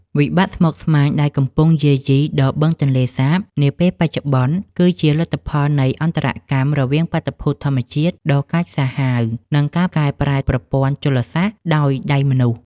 វិបត្តិស្មុគស្មាញដែលកំពុងយាយីដល់បឹងទន្លេសាបនាពេលបច្ចុប្បន្ន គឺជាលទ្ធផលនៃអន្តរកម្មរវាងបាតុភូតធម្មជាតិដ៏កាចសាហាវ និងការកែប្រែប្រព័ន្ធជលសាស្ត្រដោយដៃមនុស្ស។